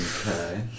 Okay